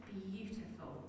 beautiful